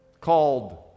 called